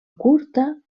curta